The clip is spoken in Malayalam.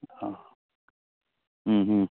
ആ ഹമ് ഹമ്